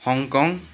Hong Kong